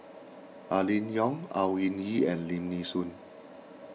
Aline Yong Au Ying Yee and Lim Nee Soon